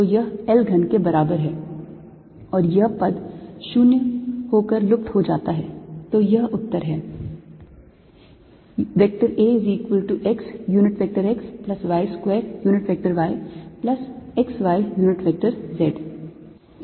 तो यह L घन के बराबर है और यह पद 0 हो कर लुप्त हो जाता है तो यह उत्तर है